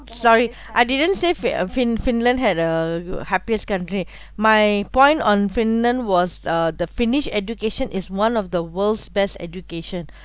sorry I didn't say fin~ uh fin~ finland had uh happiest country my point on finland was uh the finnish education is one of the world's best education